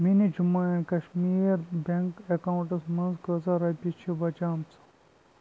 میٛٲنِس Jammu and Kashmir bank accounts منٛز کۭژاہ رۄپیہِ چھِ بچیمٕژ